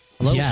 Hello